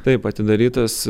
taip atidarytas